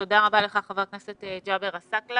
תודה רבה לך, חבר הכנסת ג'אבר עסאקלה.